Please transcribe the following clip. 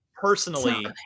personally